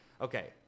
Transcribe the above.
Okay